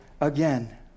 again